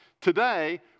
Today